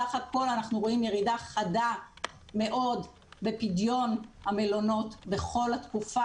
בסך הכול אנחנו רואים ירידה חדה מאוד בפדיון המלונות בכל התקופה,